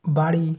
বাড়ি